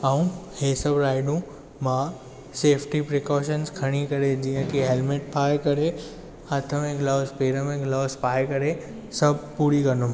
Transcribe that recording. ऐं ही सभु राइडू मां सेफ्टी प्रिकॉशंस खणी करे जीअं कि हेल्मेट पाए करे हथु में गिलब्स पेर में गिलब्स पाए करे सभु पूरी कंदुमि